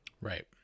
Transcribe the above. Right